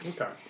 Okay